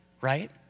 right